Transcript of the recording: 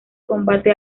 combate